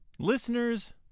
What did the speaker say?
Listeners